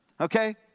Okay